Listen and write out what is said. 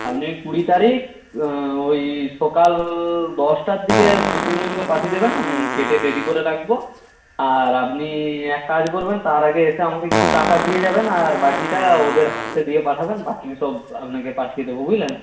আপনি কুড়ি তারিখ ওই সকাল দশটার দিকে দু তিন জনকে পাঠিয়ে দেবেন আমি কেটে রেডি করে রাখব আর আপনি এক কাজ করবেন তার আগে এসে আমাকে কিছু টাকা দিয়ে যাবেন আর বাকিটা ওদের হাতে দিয়ে পাঠাবেন বাকি সব আপনাকে পাঠিয়ে দেবো বুঝলেন